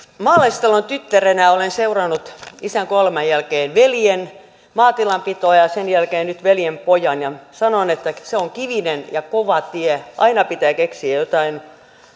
maalaistalon tyttärenä olen seurannut isän kuoleman jälkeen veljen maatilanpitoa ja ja sen jälkeen nyt veljenpojan ja sanon että se on kivinen ja kova tie aina pitää keksiä jotain